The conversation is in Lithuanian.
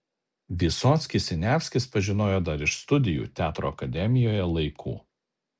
vysockį siniavskis pažinojo dar iš studijų teatro akademijoje laikų